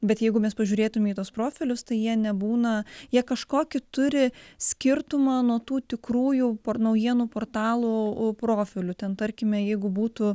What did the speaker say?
bet jeigu mes pažiūrėtume į tuos profilius tai jie nebūna jie kažkokį turi skirtumą nuo tų tikrųjų por naujienų portalų profilių ten tarkime jeigu būtų